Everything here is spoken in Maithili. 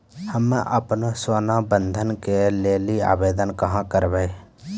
हम्मे आपनौ सोना बंधन के लेली आवेदन कहाँ करवै?